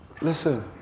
listen